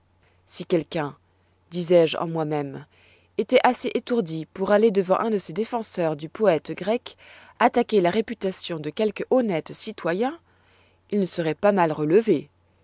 si quelqu'un disois je en moi-même étoit assez étourdi pour aller devant un de ces défenseurs du poète grec attaquer la réputation de quelque honnête citoyen il ne seroit pas mal relevé